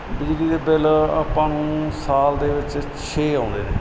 ਬਿਜਲੀ ਦੇ ਬਿੱਲ ਆਪਾਂ ਨੂੰ ਸਾਲ ਦੇ ਵਿੱਚ ਛੇ ਆਉਂਦੇ ਨੇ